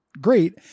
great